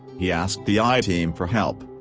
he asked the i-team for help.